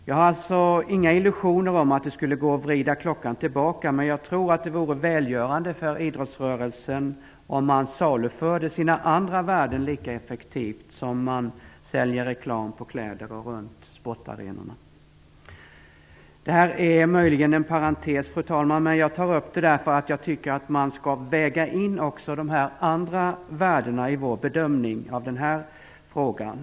Jag har alltså inga illusioner om att det skulle gå att vrida klockan tillbaka, men jag tror att det vore välgörande för idrottsrörelsen om man saluförde sina andra värden lika effektivt som man säljer reklam på kläder och runt sportarenorna. Det här är möjligen en parentes, fru talman, men jag tar upp det därför att jag tycker att vi skall väga in också de här andra värdena i vår bedömning av den här frågan.